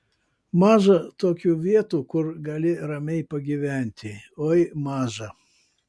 maža tokių vietų kur gali ramiai pagyventi oi maža